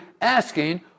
asking